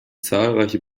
zahlreiche